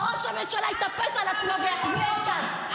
שראש הממשלה יתאפס על עצמו ויחזיר אותם,